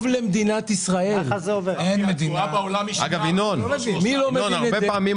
טוב למדינת ישראל --- ינון הרבה פעמים